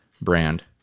brand